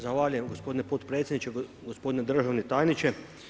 Zahvaljujem gospodine potpredsjedniče, gospodine državni tajniče.